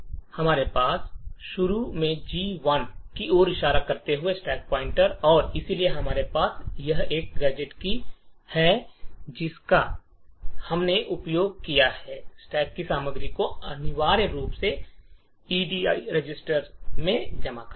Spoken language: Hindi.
तो हमारे पास शुरू में जी 1 की ओर इशारा करते हुए स्टैक पॉइंटर है और इसलिए हमारे पास यह गैजेट है जिसका हमने उपयोग किया है जो स्टैक की सामग्री को अनिवार्य रूप से एडी रजिस्टर में जमा करता है